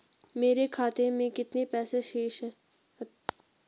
मेरे खाते में कितने पैसे शेष हैं?